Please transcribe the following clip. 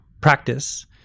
practice